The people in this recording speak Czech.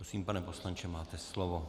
Prosím, pane poslanče, máte slovo.